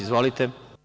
Izvolite.